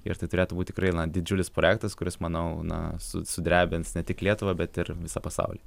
ir tai turėtų būt tikrai na didžiulis projektas kuris manau na su sudrebins ne tik lietuvą bet ir visą pasaulį